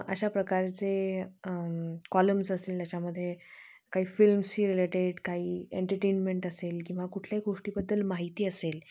अशा प्रकारचे कॉलम्स असेल याच्यामध्ये काही फिल्मशी रिलेटेड काही एंटरटेनमेंट असेल किंवा कुठल्याही गोष्टीबद्दल माहिती असेल